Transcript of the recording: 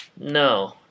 no